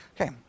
okay